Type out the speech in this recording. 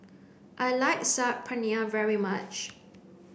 I like Saag Paneer very much